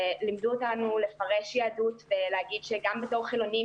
ולימדו אותנו לפרש יהדות ולהגיד שגם בתור חילוניים